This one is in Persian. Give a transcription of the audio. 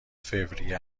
فوریه